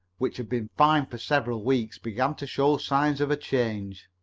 which had been fine for several weeks, began to show signs of a change.